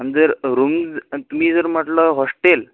आणि जर रूम तुम्ही जर म्हटलं होस्टेल